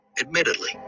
Admittedly